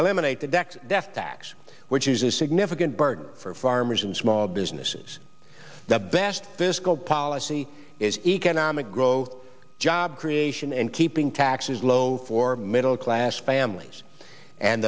death tax which is a significant burden for farmers and small businesses the best fiscal policy is economic growth job creation and keeping taxes low for middle class families and